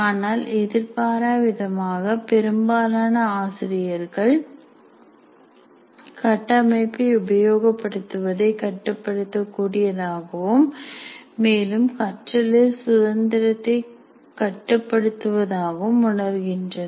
ஆனால் எதிர்பாராவிதமாக பெரும்பாலான ஆசிரியர்கள் கட்டமைப்பை உபயோகப்படுத்துவதை கட்டுப்படுத்தக் கூடியதாகவும் மேலும் கற்றலில் சுதந்திரத்தை கட்டுப்படுத்துவதாகவும் உணர்கின்றனர்